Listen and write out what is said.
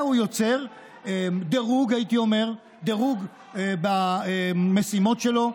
אלא הוא יוצר דירוג, הייתי אומר, במשימות שלו.